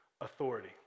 authority